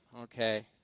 Okay